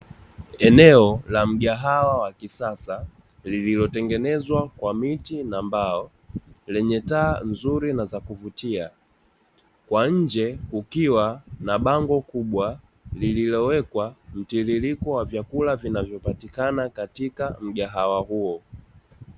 Eneo la mgahawa wa kisasa lililotengenezwa kwa miti na mbao lenye taa nzuri na zakuvutia, kwa nje kukiwa na bango kubwa, lililowekwa mtiririko wa vyakula vinavyopatikana katika mgahawa huo.